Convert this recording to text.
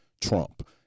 Trump